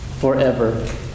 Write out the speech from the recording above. forever